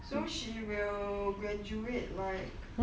so she will graduate like